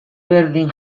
berdin